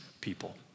people